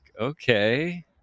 okay